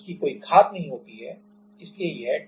इसलिए यह से कम हो गया है